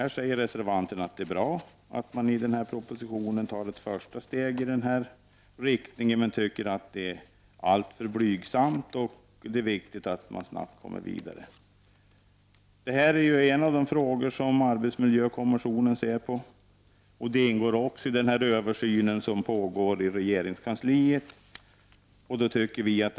Reservanterna noterar det som tillfredsställande att det i proposition 62 tas ett första steg mot att bekosta yrkesinriktade rehabiliteringsåtgärder med medel från sjukförsäkringen. Man anser dock att det är fråga om insatser av alltför blygsam omfattning, och att det är viktigt att snabbt komma vidare. Detta är en av de frågor som arbetsmiljökommissionen ser över. Den ingår också i den översyn som pågår i regerings kansliet.